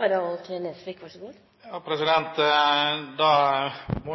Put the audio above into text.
Da må jeg